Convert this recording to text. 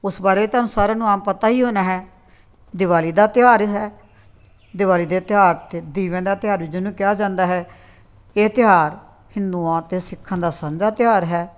ਉਸ ਬਾਰੇ ਤੁਹਾਨੂੰ ਸਾਰਿਆਂ ਨੂੰ ਆਮ ਪਤਾ ਹੀ ਹੋਣਾ ਹੈ ਦਿਵਾਲੀ ਦਾ ਤਿਉਹਾਰ ਹੈ ਦਿਵਾਲੀ ਦੇ ਤਿਉਹਾਰ 'ਤੇ ਦੀਵਿਆਂ ਦਾ ਤਿਉਹਾਰ ਵੀ ਜਿਹਨੂੰ ਕਿਹਾ ਜਾਂਦਾ ਹੈ ਇਹ ਤਿਉਹਾਰ ਹਿੰਦੂਆਂ ਅਤੇ ਸਿੱਖਾਂ ਦਾ ਸਾਂਝਾ ਤਿਉਹਾਰ ਹੈ